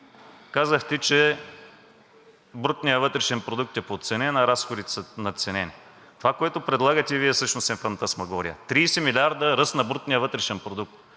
казахте, че брутният вътрешен продукт е подценен, а разходите са надценени. Това, което предлагате Вие, всъщност е фантасмагория – 30 милиарда ръст на брутния вътрешен продукт!